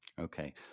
Okay